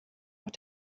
auch